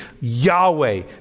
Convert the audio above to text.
Yahweh